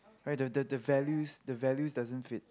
right the the the values the values doesn't fit